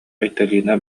айталина